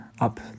up